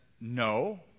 no